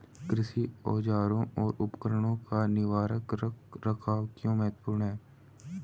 कृषि औजारों और उपकरणों का निवारक रख रखाव क्यों महत्वपूर्ण है?